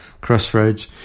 crossroads